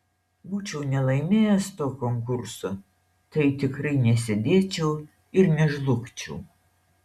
būčiau nelaimėjęs to konkurso tai tikrai nesėdėčiau ir nežlugčiau